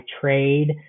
trade